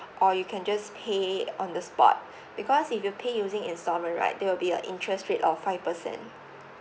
or you can just pay on the spot because if you pay using instalment right there will be a interest rate of five percent